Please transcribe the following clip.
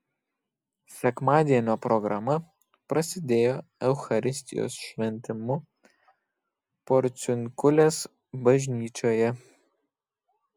sekmadienio programa prasidėjo eucharistijos šventimu porciunkulės bažnyčioje